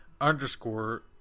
underscore